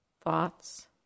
thoughts